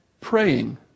praying